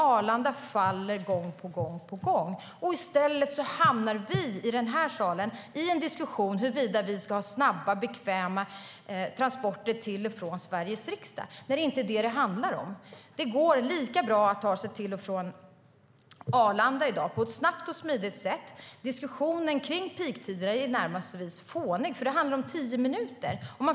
Arlanda faller gång på gång. I stället hamnar vi i denna sal i en diskussion om huruvida vi ska ha snabba och bekväma transporter till och från Sveriges riksdag. Men det är inte det som det handlar om. Det går lika snabbt och smidigt att ta sig till och från Arlanda. Diskussionen om peaktider är i det närmaste fånig. Det handlar om tio minuter.